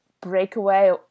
breakaway